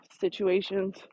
situations